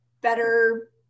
better